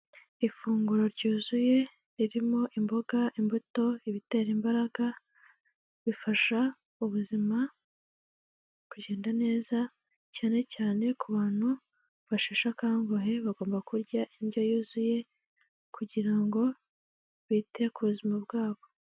Ifunguro ryuzuye ririmo imboga, imbuto, ibitera imbaraga bifasha ubuzima kugenda neza cyanecyane cyane ku bantu basheshe akanguhe bagomba kurya indyo yuzuye kugira ngo bite ku buzima bwabo.